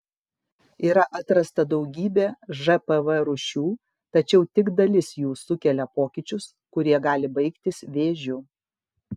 yra atrasta daugybė žpv rūšių tačiau tik dalis jų sukelia pokyčius kurie gali baigtis vėžiu